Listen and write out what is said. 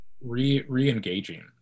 re-engaging